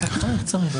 טלי.